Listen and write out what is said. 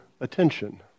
attention